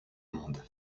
monde